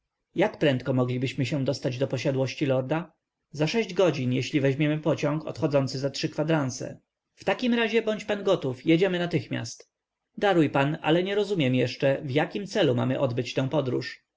jak prędko moglibyśmy się dostać do posiadłości lorda za sześć godzin jeśli weźmiemy pociąg odchodzący za trzy kwadranse w takim razie bądź pan gotów jedziemy natychmiast daruj pan ale nie rozumiem jeszcze w jakim celu mamy odbyć tę podróż